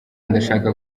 ndashaka